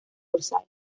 orsay